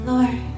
Lord